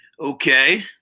Okay